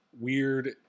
weird